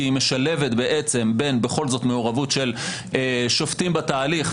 כי היא משלבת בעצם בכל זאת בין מעורבות של שופטים בתהליך,